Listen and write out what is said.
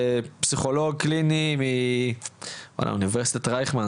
פסיכולוג קליני מאוניברסיטת רייכמן,